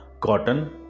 Cotton